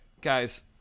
guys